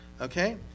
okay